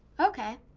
okay.